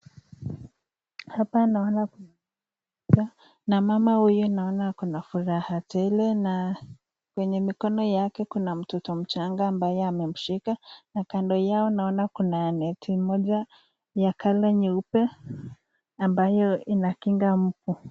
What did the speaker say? Hapa naona mtu na mama huyu naona akona furaha tele, kwenye mkono yake kuna mtoto mchanga ambaye amemshika na kando yao naona kuna neti moja ya kala nyeupe, ambayo inakinga umbu.